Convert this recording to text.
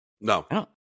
No